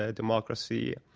ah democracy,